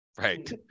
right